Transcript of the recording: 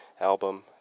album